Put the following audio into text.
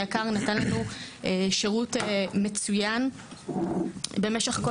היק"ר נתן לנו שירות מצוין במשך כל